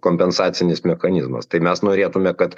kompensacinis mechanizmas tai mes norėtume kad